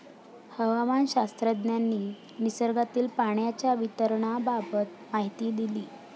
हवामानशास्त्रज्ञांनी निसर्गातील पाण्याच्या वितरणाबाबत माहिती दिली